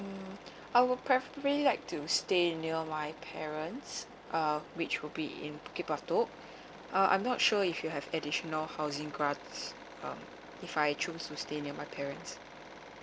mm I will preferably like to stay in near my parents uh which will be in bukit batok uh I'm not sure if you have additional housing grants um if I choose to stay near my parents